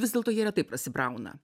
vis dėlto jie retai prasibrauna